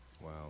Wow